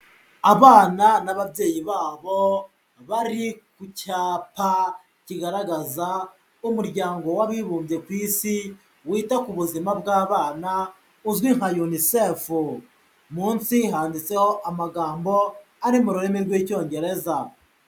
Abana n'ababyeyi babo bari ku cyapa kigaragaza umuryango w'abibumbye ku isi wita ku buzima bw'abana uzwi nka UNICEF, munsi handitseho amagambo ari mu rurimi rw'icyongerezabo.